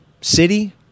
city